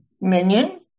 minion